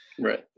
Right